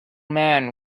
man